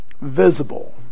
visible